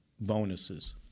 bonuses